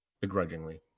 begrudgingly